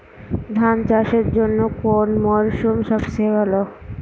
ধান চাষের জন্যে কোন মরশুম সবচেয়ে ভালো?